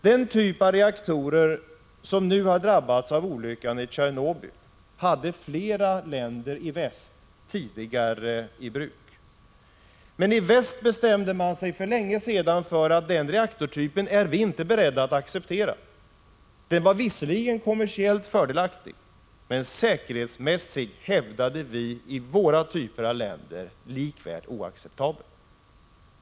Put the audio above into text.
Den typ av reaktorer som nu har drabbats av olyckan i Tjernobyl hade flera länder i väst tidigare i bruk, men i väst bestämde man sig för länge sedan att inte acceptera denna reaktortyp. Den var visserligen kommersiellt fördelaktig, men man hävdade att den säkerhetsmässigt likväl var oacceptabel.